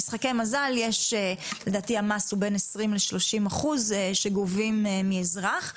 במשחקי מזל המס הוא בין 20% ל-30% שגובים מאזרח,